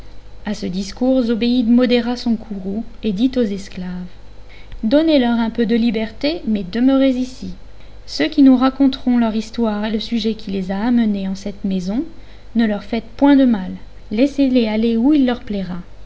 à ce discours zobéide modéra son courroux et dit aux esclaves donnez leur un peu de liberté mais demeurez ici ceux qui nous raconteront leur histoire et le sujet qui les a amenés en cette maison ne leur faites point de mal laissez-les aller où il leur plaira